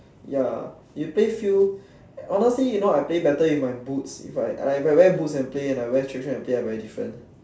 ya you play field honestly you know I play better in with my boots if I I wear boot and play and I wear track shoes and play are very different